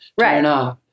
Right